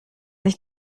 sich